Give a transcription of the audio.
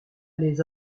les